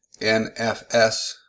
NFS